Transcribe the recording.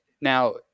Now